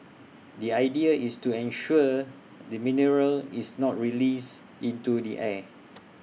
the idea is to ensure the mineral is not released into the air